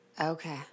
Okay